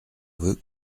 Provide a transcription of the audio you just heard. veut